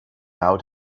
out